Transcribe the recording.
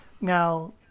Now